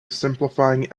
simplifying